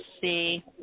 see